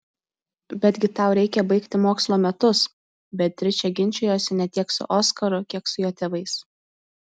betgi tau reikia baigti mokslo metus beatričė ginčijosi ne tiek su oskaru kiek su jo tėvais